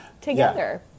together